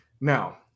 now